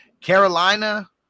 Carolina